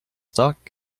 talk